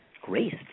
grace